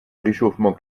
réchauffement